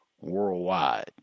worldwide